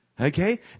Okay